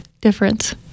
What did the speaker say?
difference